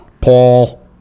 Paul